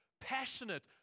passionate